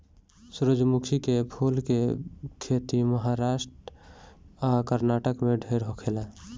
सूरजमुखी के फूल के खेती महाराष्ट्र आ कर्नाटक में ढेर होखेला